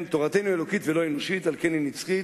תורתנו היא אלוקית ולא אנושית, ועל כן היא נצחית